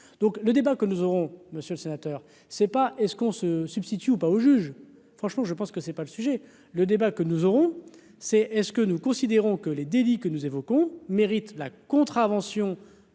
Donc le débat que nous aurons, monsieur le sénateur, c'est pas est-ce qu'on se substitue pas aux juges : franchement, je pense que c'est pas le sujet, le débat que nous aurons c'est et ce que nous considérons que les délits que nous évoquons mérite la contravention